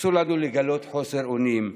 אסור לנו לגלות חוסר אונים.